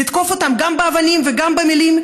לתקוף אותם גם באבנים וגם במילים.